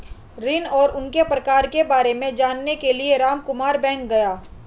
ऋण और उनके प्रकार के बारे में जानने के लिए रामकुमार बैंक गया